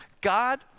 God